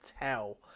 tell